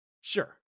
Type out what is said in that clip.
Sure